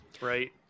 right